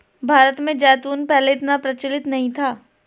भारत में जैतून पहले इतना प्रचलित नहीं था